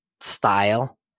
style